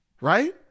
Right